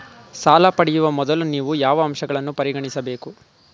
ಸಾಲ ಪಡೆಯುವ ಮೊದಲು ನೀವು ಯಾವ ಅಂಶಗಳನ್ನು ಪರಿಗಣಿಸಬೇಕು?